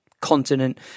continent